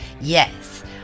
Yes